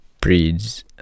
breeds